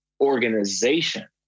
Organization